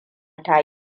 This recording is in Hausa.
ta